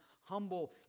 humble